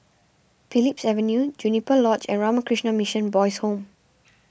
Phillips Avenue Juniper Lodge and Ramakrishna Mission Boys' Home